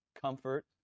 Comfort